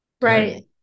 Right